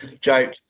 joke